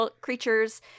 creatures